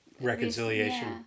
Reconciliation